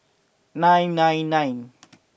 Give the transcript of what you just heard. nine nine nine